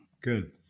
Good